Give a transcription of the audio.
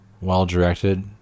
well-directed